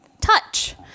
touch